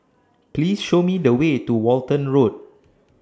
Please Show Me The Way to Walton Road